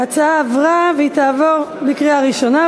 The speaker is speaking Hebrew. ההצעה עברה בקריאה ראשונה,